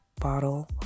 bottle